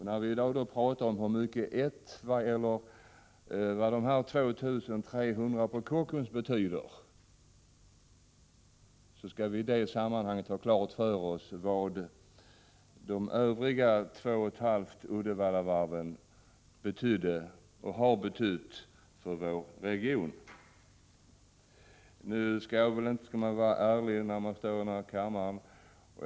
När vi i dag talar om hur stor betydelse de kvarvarande 2 300 arbetstillfällena på Kockums har, skall vi i sammanhanget ha klart för oss vad de övriga arbetstillfällena motsvarande två och ett halvt Uddevallavarv betydde för vår region. Man skall vara ärlig när man talar här i kammaren.